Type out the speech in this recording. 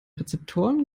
rezeptoren